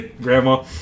Grandma